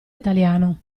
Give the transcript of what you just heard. italiano